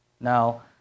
Now